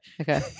Okay